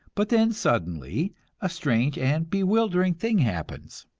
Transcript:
but then suddenly a strange and bewildering thing happens.